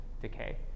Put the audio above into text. decay